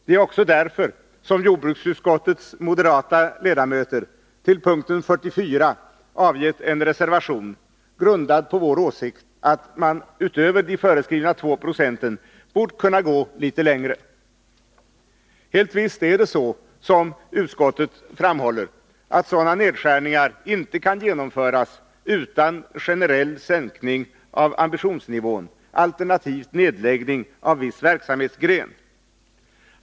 Det är också därför som jordbruksutskottets moderata ledamöter till punkt 44 har avgivit en reservation, grundad på vår åsikt att man utöver de föreskrivna 2 procenten borde ha kunnat gå litet längre. Helt visst är det så, som utskottet framhåller, att sådana nedskärningar inte kan genomföras utan en generell sänkning av ambitionsnivån, alternativt nedläggning av viss verksamhetsgren.